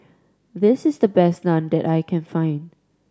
this is the best Naan that I can find